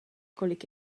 kolik